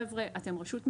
חבר'ה אתם רשות מנהלית,